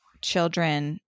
children